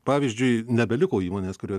pavyzdžiui nebeliko įmonės kurioj